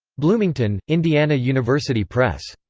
bloomington indiana university press.